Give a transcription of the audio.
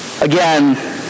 Again